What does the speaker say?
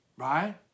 Right